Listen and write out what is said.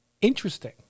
interesting